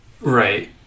Right